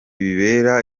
bibera